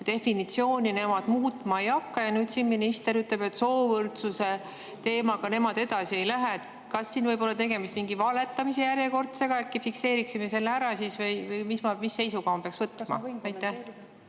definitsiooni nemad muutma ei hakka, ja nüüd siin minister ütleb, et soovõrdsuse teemaga nemad edasi ei lähe. Kas siin võib olla tegemist mingi järjekordse valega? Äkki fikseeriksime selle ära? Või mis seisukoha ma peaks võtma?